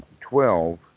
twelve